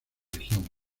región